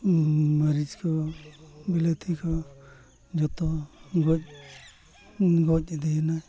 ᱢᱟᱹᱨᱤᱪ ᱠᱚ ᱵᱤᱞᱟᱹᱛᱤ ᱠᱚ ᱡᱚᱛᱚ ᱜᱚᱡ ᱜᱚᱡ ᱤᱫᱤᱭᱮᱱᱟ